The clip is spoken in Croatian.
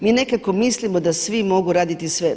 Mi nekako mislimo da svi mogu raditi sve.